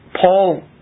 Paul